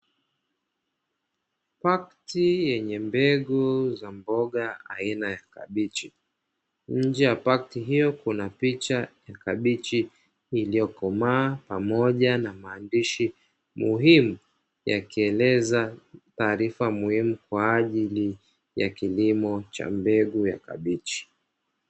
Pakiti yenye mbegu za mboga aina ya kabichi, nje ya pakiti hiyo kuna picha ya kabichi iliyokomaa pamoja na maandishi muhimu, yakieleza taarifa muhimu kwa ajili ya kilimo cha mbegu ya kabichi.